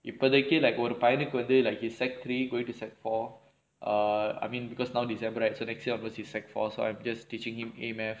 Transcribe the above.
இப்போதைக்கு:ippothaikku like ஒரு பையனுக்கு வந்து:oru paiyanukku vanthu err I mean because now december right so next year onwards is secondary four so I'm just teaching him a mathematics